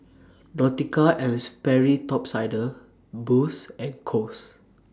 Nautica and Sperry Top Sider Boost and Kose